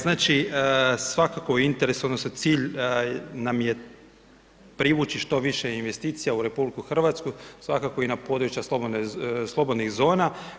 Znači svakako je u interesu, odnosno cilj nam je privući što više investicija u RH, svakako i na područja slobodnih zona.